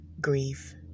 grief